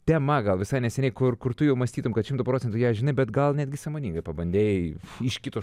tema gal visai neseniai kur kur tu jau mąstytum kad šimtu procentų ją žinai bet gal netgi sąmoningai pabandei iš kito